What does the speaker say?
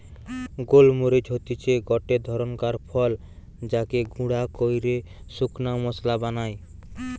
গোল মরিচ হতিছে গটে ধরণকার ফল যাকে গুঁড়া কইরে শুকনা মশলা বানায়